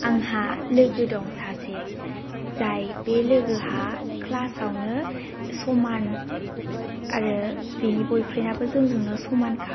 आंहा लोगो दं सासे जाय बे लोगोहा क्लासआवनो समान आरो बेनि बयफ्रेन्डआबो जोंजोंनो समानखा